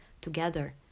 together